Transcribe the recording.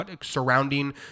surrounding